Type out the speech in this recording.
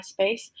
MySpace